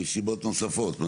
מסיבות נוספות.